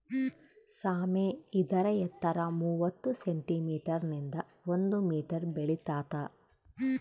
ಸಾಮೆ ಇದರ ಎತ್ತರ ಮೂವತ್ತು ಸೆಂಟಿಮೀಟರ್ ನಿಂದ ಒಂದು ಮೀಟರ್ ಬೆಳಿತಾತ